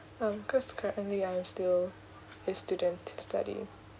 um cause currently I'm still a student study